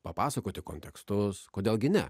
papasakoti kontekstus kodėl gi ne